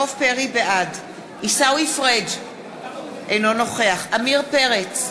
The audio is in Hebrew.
בעד עיסאווי פריג' אינו נוכח עמיר פרץ,